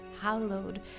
Hallowed